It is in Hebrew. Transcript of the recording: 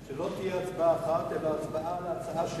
שלא תהיה הצבעה אחת, אלא הצבעה על הצעה שלי.